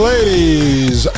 Ladies